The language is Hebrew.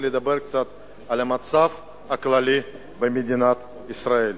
לדבר קצת על המצב הכללי במדינת ישראל,